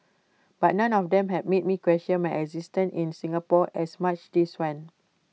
but none of them has made me question my existence in Singapore as much this one